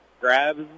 grabs